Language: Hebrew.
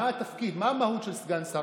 מה התפקיד, מה המהות של סגן שר?